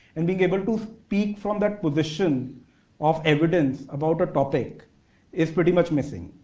and being able to speak from that position of evidence about a topic is pretty much missing.